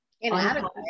Inadequate